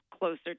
closer